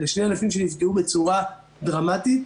אלה שני הענפים שנפגעו בצורה דרמטית.